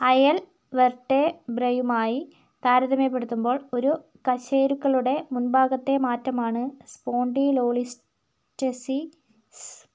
അയൽ വെർട്ടെബ്രയുമായി താരതമ്യപ്പെടുത്തുമ്പോൾ ഒരു കശേരുക്കളുടെ മുൻഭാഗത്തേ മാറ്റമാണ് സ്പോണ്ടിലോളിസ്റ്റെസിസ്